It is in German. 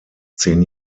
zehn